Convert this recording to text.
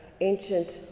ancient